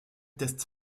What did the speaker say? test